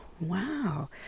wow